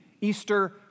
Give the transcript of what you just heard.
Easter